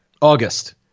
August